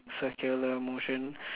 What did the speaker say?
circular motion